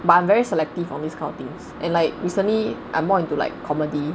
but I'm very selective on these kind of things and like recently I'm more into like comedy